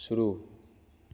शुरू